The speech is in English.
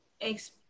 ex